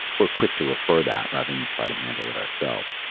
we're quick to refer that rather than try to handle it ourselves.